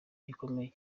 bikomere